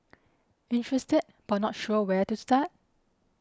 interested but not sure where to start